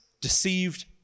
deceived